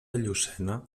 llucena